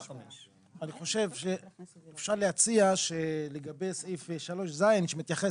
אני חושב שאפשר להציע שלגבי סעיף 3(ז) שמתייחס